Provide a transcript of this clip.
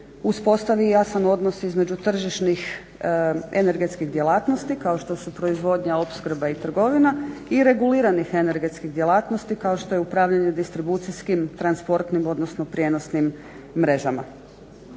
uspostavi jasan odnos između tržišnih energetskih djelatnosti kao što su proizvodnja, opskrba i trgovina i reguliranih energetskih djelatnosti kao što je upravljanje distribucijskim transportnim odnosno prijenosnim mrežama.